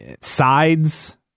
sides